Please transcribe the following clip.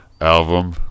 album